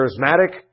charismatic